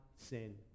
sin